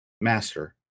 master